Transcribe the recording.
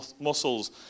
muscles